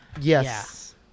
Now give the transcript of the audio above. Yes